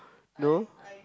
no